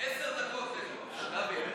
עשר דקות תן לו, דוד.